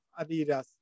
Adidas